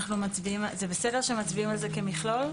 זה בסדר שמצביעים על זה כמכלול?